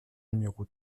numéro